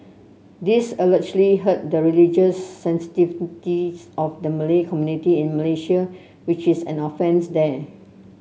this allegedly hurt the religious sensitivities of the Malay community in Malaysia which is an offence there